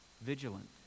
vigilant